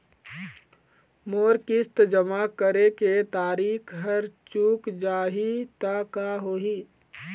मोर किस्त जमा करे के तारीक हर चूक जाही ता का होही?